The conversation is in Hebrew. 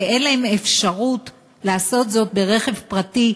כי אין להם אפשרות לעשות זאת ברכב פרטי,